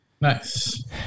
Nice